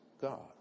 God